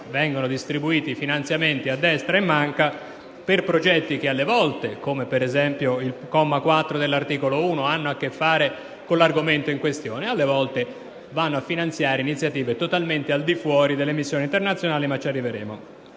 Vengono distribuiti finanziamenti a destra e a manca per progetti che, alle volte, come per esempio nel caso del comma 4 dell'articolo 1, hanno a che fare con l'argomento in questione, altre volte vanno a finanziare iniziative totalmente al di fuori delle missioni internazionali (ma è questione